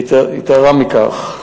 יתרה מכך,